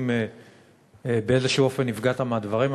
אם באיזשהו אופן נפגעת מהדברים,